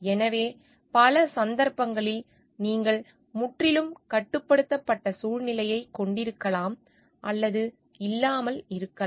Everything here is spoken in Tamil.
எனவே பல சந்தர்ப்பங்களில் நீங்கள் முற்றிலும் கட்டுப்படுத்தப்பட்ட சூழ்நிலையை கொண்டிருக்கலாம் அல்லது இல்லாமல் இருக்கலாம்